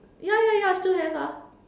ya ya ya still have ah